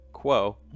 quo